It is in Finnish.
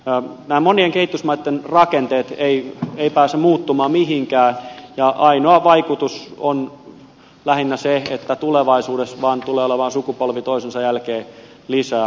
nämä monien kehitysmaitten rakenteet eivät pääse muuttumaan mihinkään ja ainoa vaikutus on lähinnä se että tulevaisuudessa vaan tulee olemaan sukupolvi toisensa jälkeen lisää avustettavia